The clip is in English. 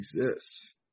exists